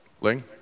Ling